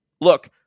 look